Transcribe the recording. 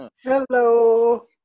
Hello